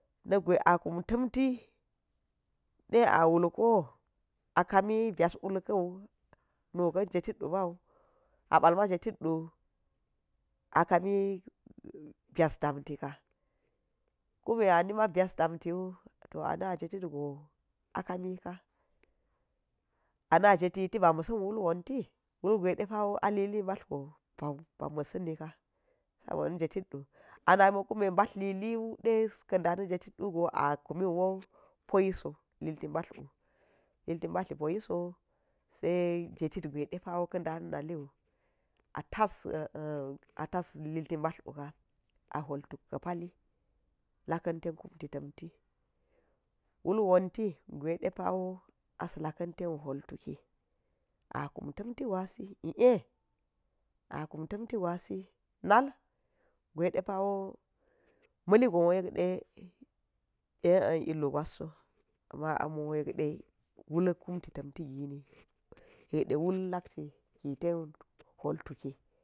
Na̱ gwe a kumti da a wulka a kami bas wul kau, nuka̱n jetit u may a baal ma jetit wu akai bais dam ti ka, kune anima bas damti wu to ana jetit go a kami ka, ana jetit ba ma̱ sa̱n wul wanti kume ɗepawo a li ti batl go ba masani ka sob oni jefit wu, batl lili wu da ka̱ da na̱ jefit gwwe ɗepo. wo at tas lilti batl wuka a hwul tuk ka̱ pali lakkan ten kuwti timti wul wati gwe depawo asa lakan te hwo- tuki akrm tam ti gwaisi i e a kumtamti gwasi nal gwedepawo miligon de kumti timti gini yek de hwu lak tigiten hwal tuki.